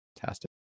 fantastic